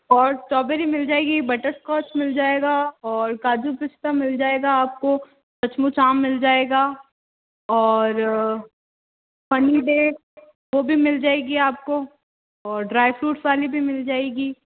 और स्ट्रॉबेरी मिल जाएगी बटरस्कॉच मिल जाएगा और काजू पिस्ता मिल जाएगा आपको कचमुच आम मिल जाएगा और फनी डे वो भी मिल जाएगी आपको और ड्राई फ्रूट्स वाली भी मिल जाएगी